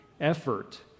effort